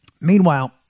Meanwhile